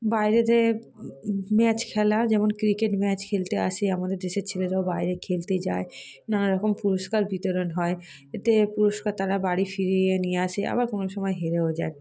বাইরে যেয়ে ম্যাচ খেলা যেমন ক্রিকেট ম্যাচ খেলতে আসে আমাদের দেশের ছেলেরাও বাইরে খেলতে যায় নানা রকম পুরস্কার বিতরণ হয় এতে পুরস্কার তারা বাড়ি ফিরিয়ে নিয়ে আসে আবার কোনো সময় হেরেও যায়